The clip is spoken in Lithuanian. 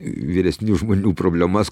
vyresnių žmonių problemas